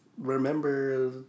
remember